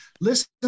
Listen